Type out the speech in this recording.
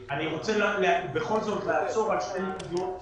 רוצה בכל זאת לעצור על שתי נקודות מרכזיות.